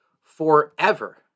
forever